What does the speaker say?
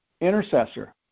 intercessor